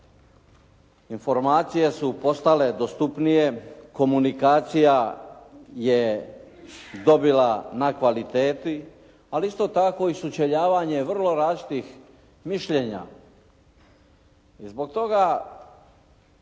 Informacije su postale dostupnije, komunikacija je dobila na kvaliteti ali isto tako i sučeljavanje vrlo različitih mišljenja.